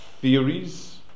theories